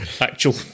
actual